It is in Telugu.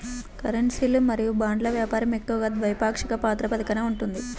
కరెన్సీలు మరియు బాండ్ల వ్యాపారం ఎక్కువగా ద్వైపాక్షిక ప్రాతిపదికన ఉంటది